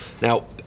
Now